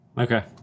Okay